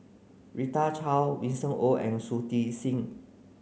Rita Chao Winston Oh and Shui Tit Sing